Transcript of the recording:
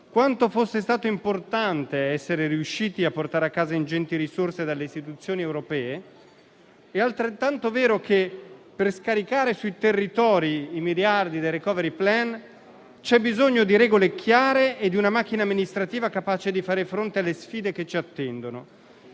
quanto fosse importante essere riusciti a portare a casa ingenti risorse dalle istituzioni europee, è altrettanto vero che, per scaricare sui territori i miliardi del *recovery plan*, c'è bisogno di regole chiare e di una macchina amministrativa capace di fare fronte alle sfide che ci attendono.